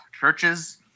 Churches